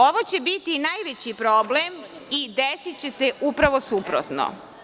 Ovo će biti najveći problem i desiće se upravo suprotno.